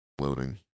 loading